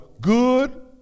good